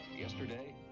Yesterday